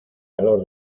calor